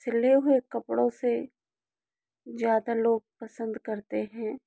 सिले हुए कपड़ों से ज़्यादा लोग पसंद करते हैं